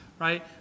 right